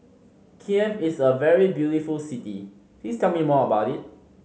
Kiev is a very beautiful city please tell me more about it